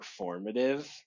performative